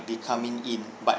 be coming in but